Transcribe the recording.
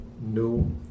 no